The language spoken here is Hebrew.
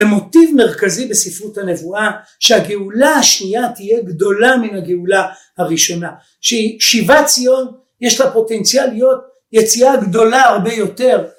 המוטיב מרכזי בספרות הנבואה שהגאולה השנייה תהיה גדולה מן הגאולה הראשונה, שהיא שבעת ציון יש לה פוטנציאל להיות יציאה גדולה הרבה יותר